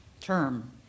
term